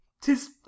tis